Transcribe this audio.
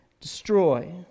destroy